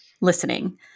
listening